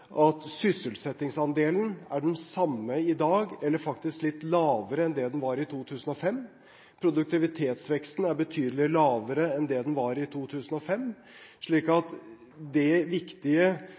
at sysselsettingsandelen i dag faktisk er litt lavere enn den var i 2005. Produktivitetsveksten er betydelig lavere enn den var i 2005.